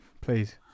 please